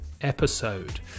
episode